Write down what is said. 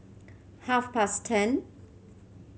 half past ten